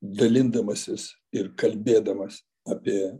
dalindamasis ir kalbėdamas apie